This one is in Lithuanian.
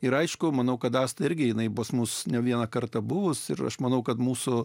ir aišku manau kadastrą irgi jinai bus mūsų ne vieną kartą bus ir aš manau kad mūsų